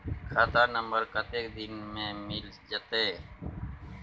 खाता नंबर कत्ते दिन मे मिल जेतै?